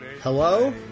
Hello